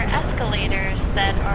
escalators that